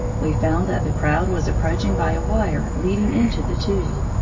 we found that the crowd was approaching by a wire leading into the tube.